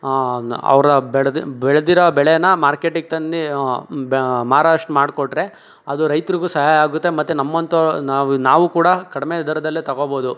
ಅವ್ರು ಬೆಳ್ದ ಬೆಳ್ದಿರೋ ಬೆಳೆನ ಮಾರ್ಕೆಟಿಗೆ ತಂದು ಬೆ ಮಾರೋ ಅಷ್ಟು ಮಾಡ್ಕೊಟ್ರೆ ಅದು ರೈತರಿಗೂ ಸಹಾಯ ಆಗುತ್ತೆ ಮತ್ತೆ ನಮ್ಮಂಥೋರು ನಾವು ನಾವು ಕೂಡ ಕಡಿಮೆ ದರದಲ್ಲೇ ತೊಗೊಬೋದು